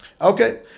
Okay